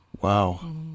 Wow